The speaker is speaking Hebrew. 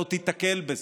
אתה עוד תיתקל בזה,